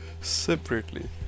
separately